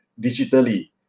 digitally